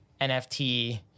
nft